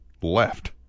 left